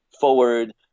Forward